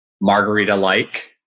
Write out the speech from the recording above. margarita-like